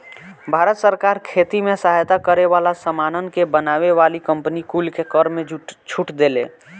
भारत सरकार खेती में सहायता करे वाला सामानन के बनावे वाली कंपनी कुल के कर में छूट देले